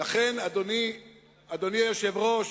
אדוני היושב-ראש,